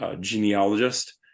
genealogist